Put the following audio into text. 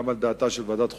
וגם על דעתה של ועדת חוקה,